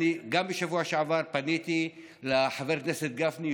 בשבוע שעבר גם פניתי לחבר הכנסת גפני,